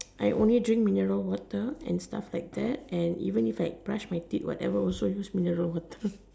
I only drink mineral water and stuff like that and even if I brush my teeth and stuff like that whatever also use mineral water